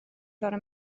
fore